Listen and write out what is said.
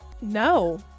No